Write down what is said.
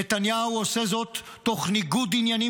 נתניהו עושה זאת תוך ניגוד עניינים